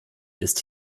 ist